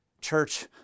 Church